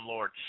Lord